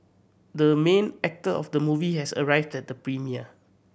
the main actor of the movie has arrived at the premiere